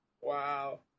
Wow